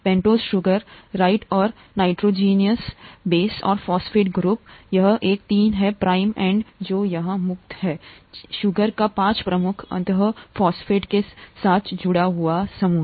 pentose sugar right और nitrogenous base और phosphate group two यह एक तीन है प्राइम एंड जो यहां मुफ्त है चीनी का पांच प्रमुख अंत फॉस्फेट के साथ जुड़ा हुआ है समूह